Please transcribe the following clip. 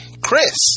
Chris